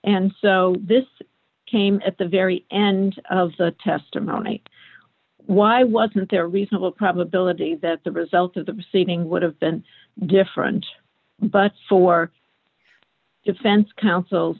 and so this came at the very end of the testimony why wasn't there reasonable probability that the result of the proceeding would have been different but for defense counsel